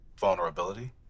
vulnerability